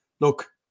look